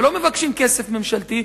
ולא מבקשים כסף ממשלתי,